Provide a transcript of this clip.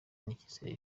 n’icyizere